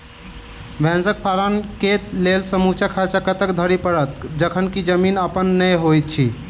भैंसक पालन केँ लेल समूचा खर्चा कतेक धरि पड़त? जखन की जमीन अप्पन नै होइत छी